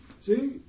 See